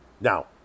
Now